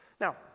Now